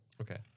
Okay